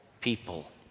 people